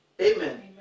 Amen